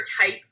type